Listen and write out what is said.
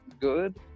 good